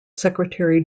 secretary